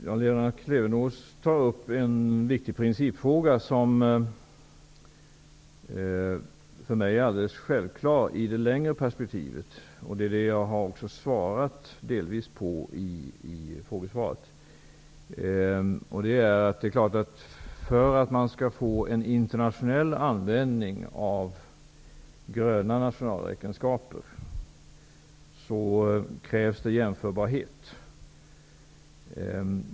Fru talman! Lena Klevenås tar upp en viktig principfråga som för mig är alldeles självklar i ett längre perspektiv. Jag har också delvis svarat på den frågan. Det är klart att för att man skall få en internationell användning av gröna nationalräkenskaper krävs det jämförbarhet.